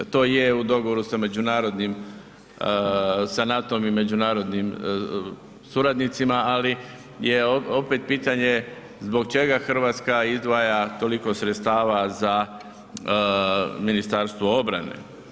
To je u dogovoru sa međunarodnim, sa NATO-om i međunarodnim suradnicima, ali je opet pitanje zbog čega Hrvatska izdvaja toliko sredstava za Ministarstvo obrane.